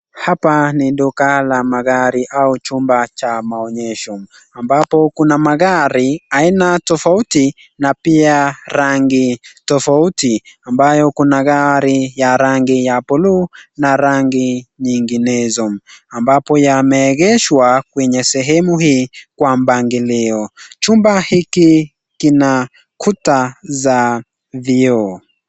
Hapa ni duka la gari au chumba cha maonyesho ambapo kuna magari ya aina tofauti na pia rangi tofauti ambayo gari ya rangi ya buluu na rangi nyinginezo. Ambapo yameegeshwa kwenye sehemu hii kwa mpangilio. Chumba hiki kina kuta za vioo.